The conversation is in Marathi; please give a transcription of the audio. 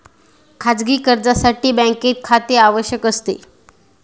खाजगी कर्जासाठी बँकेत खाते आवश्यक असते